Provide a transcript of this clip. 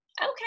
Okay